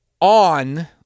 on